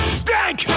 stank